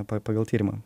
pa pagal tyrimą